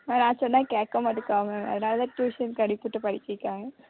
ஆ நான் சொன்னால் கேட்க மாட்டேங்கிறான் அவன் அதனால் தான் டியூசனுக்கு அனுப்பிவிட்டு படிக்க வைக்கிறாங்க